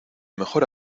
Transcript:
mejor